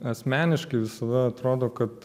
asmeniškai visada atrodo kad